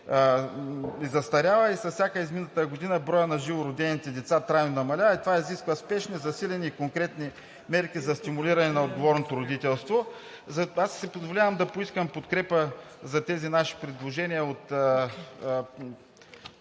и застарява и с всяка изминала година броят на живородените деца трайно намалява и това изисква спешни засилени и конкретни мерки за стимулиране на отговорното родителство. Затова си позволявам да поискам подкрепа за тези наши предложения от